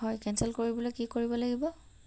হয় কেনচেল কৰিবলৈ কি কৰিব লাগিব